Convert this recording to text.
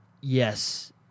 yes